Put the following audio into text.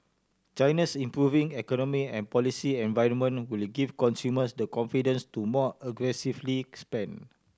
China's improving economy and policy environment will give consumers the confidence to more aggressively spend